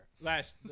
last